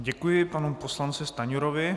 Děkuji panu poslanci Stanjurovi.